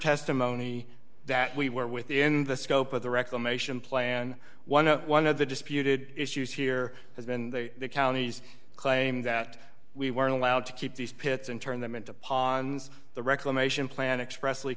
testimony that we were within the scope of the reclamation plan one of one of the disputed issues here has been the county's claim that we weren't allowed to keep these pits and turn them into ponds the reclamation plan express